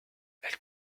elle